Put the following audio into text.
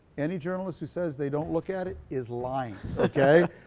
any journalist who says they don't look at it is lying. okay.